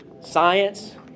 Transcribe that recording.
science